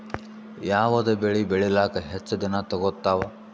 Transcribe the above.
ಯಾವದ ಬೆಳಿ ಬೇಳಿಲಾಕ ಹೆಚ್ಚ ದಿನಾ ತೋಗತ್ತಾವ?